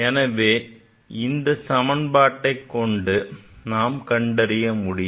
எனவே இந்த சமன்பாட்டை கொண்டு கண்டறியலாம்